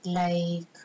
like